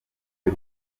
y’u